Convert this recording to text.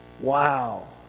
Wow